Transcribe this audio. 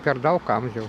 per daug amžiaus